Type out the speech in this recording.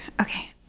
Okay